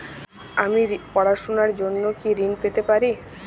আমি পড়াশুনার জন্য কি ঋন পেতে পারি?